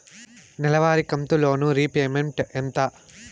నెలవారి కంతు loan repayment ఎంత?